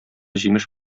җимеш